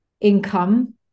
income